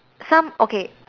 some okay